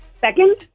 Second